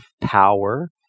power